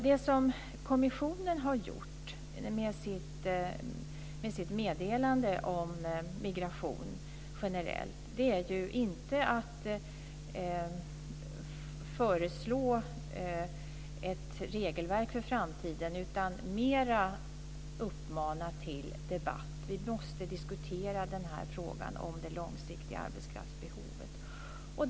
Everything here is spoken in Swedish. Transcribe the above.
Det som kommissionen har gjort genom sitt meddelande om migration generellt är inte att föreslå ett regelverk för framtiden utan mer att uppmana till debatt. Vi måste diskutera frågan om det långsiktiga arbetskraftsbehovet.